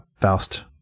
Faust